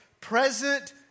present